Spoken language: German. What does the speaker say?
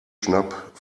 schnapp